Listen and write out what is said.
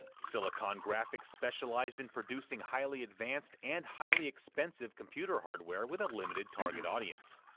silicon graphics specialized in producing highly advanced, and highly expensive, computer hardware with a limited target audience.